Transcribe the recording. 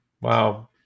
Wow